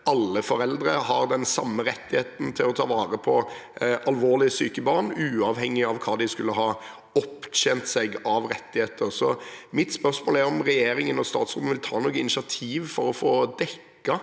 alle foreldre har den samme rettigheten til å ta vare på alvorlig syke barn, uavhengig av hva de skulle ha opptjent seg av rettigheter. Så mitt spørsmål er om regjeringen og statsråden vil ta noe initiativ for å få dekket